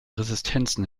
resistenzen